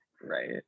Right